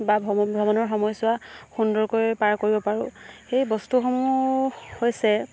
বা ভ্ৰমণ ভ্ৰমণৰ সময়ছোৱা সুন্দৰকৈ পাৰ কৰিব পাৰোঁ সেই বস্তুসমূহ হৈছে